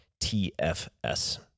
TFS